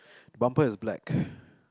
bumper is black